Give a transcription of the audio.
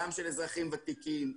גם של אזרחים ותיקים,